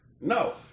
No